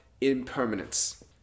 impermanence